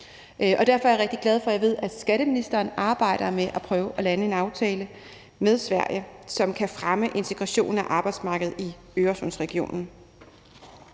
der er udfordringer med. Jeg ved, at skatteministeren arbejder med at prøve at lande en aftale med Sverige, som kan fremme integrationen af arbejdsmarkedet i Øresundsregionen,